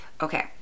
Okay